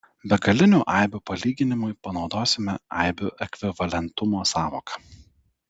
begalinių aibių palyginimui panaudosime aibių ekvivalentumo sąvoką